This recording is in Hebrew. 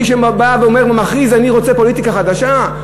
מי שבא ואומר ומכריז: אני רוצה פוליטיקה חדשה.